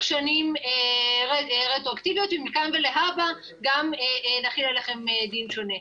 שנים רטרואקטיבית ומכאן ולהבא גם נחיל עליכם דין שונה.